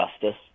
justice